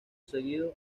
seguido